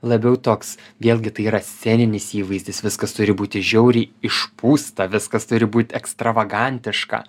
labiau toks vėlgi tai yra sceninis įvaizdis viskas turi būti žiauriai išpūsta viskas turi būti ekstravagantiška